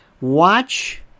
Watch